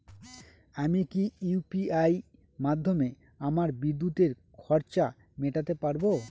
আমি কি ইউ.পি.আই মাধ্যমে আমার বিদ্যুতের খরচা মেটাতে পারব?